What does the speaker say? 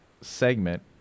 segment